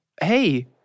hey